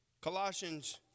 Colossians